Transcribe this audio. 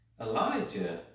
Elijah